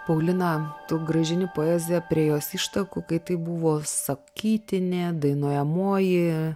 paulina tu gražini poezija prie jos ištakų kai tai buvo sakytinė dainuojamoji